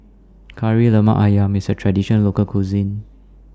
Kari Lemak Ayam IS A Traditional Local Cuisine